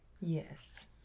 Yes